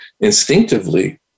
instinctively